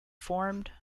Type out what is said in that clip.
formed